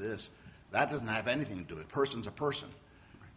this that doesn't have anything to do with persons or person